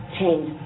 change